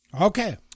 okay